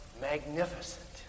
magnificent